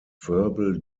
verbal